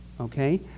Okay